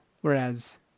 whereas